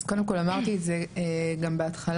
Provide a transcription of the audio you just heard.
אז קודם כל אמרתי את זה גם בהתחלה,